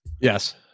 Yes